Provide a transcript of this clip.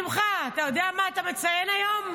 שמחה, אתה יודע מה אתה מציין היום?